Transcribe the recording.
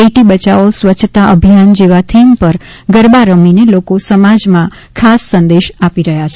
બેટી બયાવો સ્વચ્છતા અભિયાન જેવા થીમ પર ગરબા રમીને લોકો સમાજમાં ખાસ સંદેશ આપી રહ્યા છે